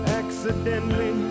accidentally